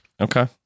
Okay